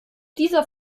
dieser